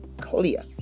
clear